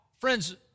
friends